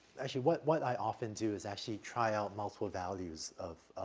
actually what what i often do is actually try out multiple values of,